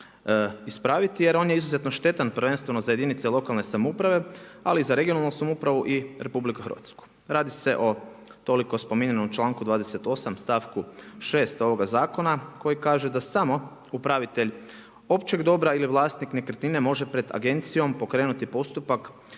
jer on je izuzetno štetan, prvenstveno za jedinice lokalne samouprave, ali i za regionalnu samoupravu i RH. Radi se o toliko spominjanom članku 28. stavku 6. ovoga zakona, koji kaže da samo upravitelj općeg dobra ili vlasnik nekretnine može pred agencijom pokrenuti postupak